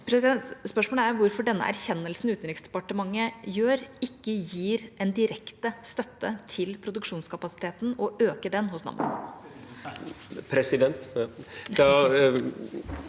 hvorfor denne erkjennelsen hos Utenriksdepartementet ikke gir en direkte støtte til produksjonskapasiteten, for å øke den hos Nammo.